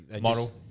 Model